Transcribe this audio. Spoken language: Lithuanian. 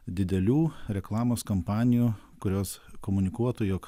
didelių reklamos kampanijų kurios komunikuotų jog